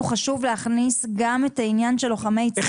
חשוב להכניס גם את העניין של לוחמי צה"ל.